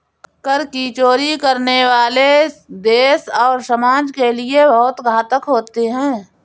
कर की चोरी करने वाले देश और समाज के लिए बहुत घातक होते हैं